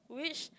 which